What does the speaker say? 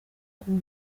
kuba